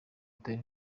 dutera